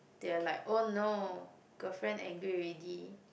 they're like oh no girlfriend angry already